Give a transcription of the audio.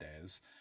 days